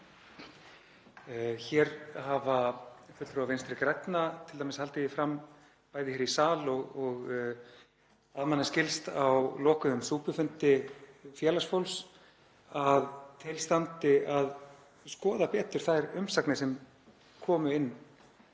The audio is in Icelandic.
Hér hafa fulltrúar Vinstri grænna t.d. haldið því fram, bæði hér í sal og að manni skilst á lokuðum súpufundi félagsfólks, að til standi að skoða betur þær umsagnir sem komu inn